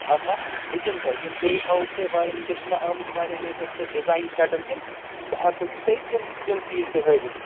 آسان بہٕ دِمہٕ تۅہہِ یم بیٚیہِ ہاوَو تۅہہِ واریاہ وُنکیٚنَس چھِ مےٚ آمٕتۍ واریاہ لیٹیٚسٹ ڈِزایِن سیٚٹَن ہٕنٛدۍ بہٕ ہیٚکو تۅہہِ تِم تِم چیٖز تہِ ہٲوِتھ